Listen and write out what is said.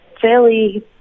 fairly